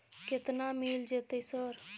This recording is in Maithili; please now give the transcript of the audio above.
केतना मिल जेतै सर?